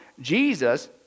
Jesus